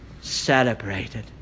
celebrated